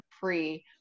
free